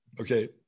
okay